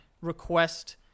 request